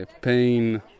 pain